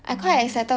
mm